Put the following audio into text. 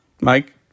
mike